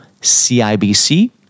CIBC